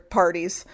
parties